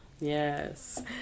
Yes